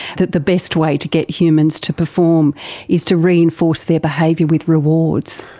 that the best way to get humans to perform is to reinforce their behaviour with rewards.